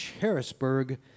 Harrisburg